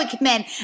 men